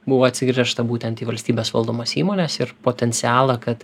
buvo atsigręžta būtent į valstybės valdomas įmones ir potencialą kad